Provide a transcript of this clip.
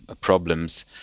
problems